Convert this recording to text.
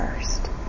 first